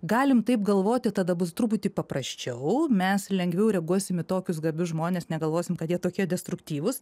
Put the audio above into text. galim taip galvoti tada bus truputį paprasčiau mes lengviau reaguosim į tokius gabius žmones negalvosim kad jie tokie destruktyvūs